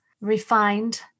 refined